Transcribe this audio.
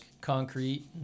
concrete